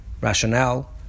rationale